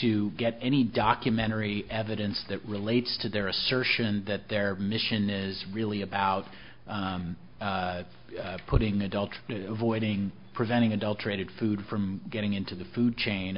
to get any documentary evidence that relates to their assertion that their mission is really about putting adult avoiding preventing adulterated food from getting into the food chain